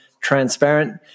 transparent